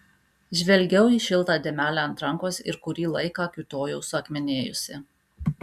žvelgiau į šiltą dėmelę ant rankos ir kurį laiką kiūtojau suakmenėjusi